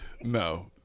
No